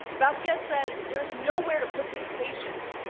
vazquez says there's nowhere to put these patients.